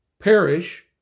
perish